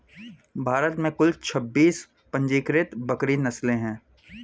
भारत में कुल छब्बीस पंजीकृत बकरी नस्लें हैं